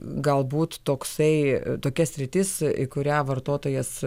galbūt toksai tokia sritis kurią vartotojas